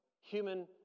human